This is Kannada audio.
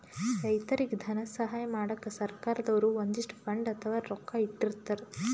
ರೈತರಿಗ್ ಧನ ಸಹಾಯ ಮಾಡಕ್ಕ್ ಸರ್ಕಾರ್ ದವ್ರು ಒಂದಿಷ್ಟ್ ಫಂಡ್ ಅಥವಾ ರೊಕ್ಕಾ ಇಟ್ಟಿರ್ತರ್